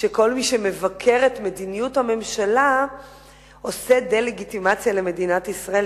שכל מי שמבקר את מדיניות הממשלה עושה דה-לגיטימציה למדינת ישראל,